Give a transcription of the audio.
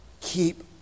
Keep